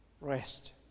Rest